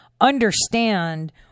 understand